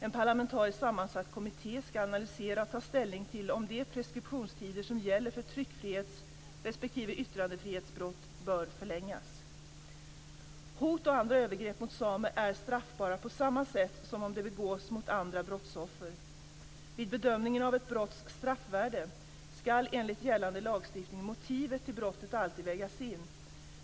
En parlamentariskt sammansatt kommitté ska analysera och ta ställning till om de preskriptionstider som gäller för tryckfrihets respektive yttrandefrihetsbrott bör förlängas. Hot och andra övergrepp mot samer är straffbara på samma sätt som om de begås mot andra brottsoffer. Vid bedömningen av ett brotts straffvärde ska enligt gällande lagstiftning motivet till brottet alltid vägas in.